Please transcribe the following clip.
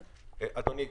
אדוני,